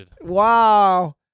Wow